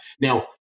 Now